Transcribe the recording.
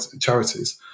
charities